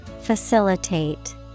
Facilitate